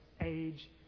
age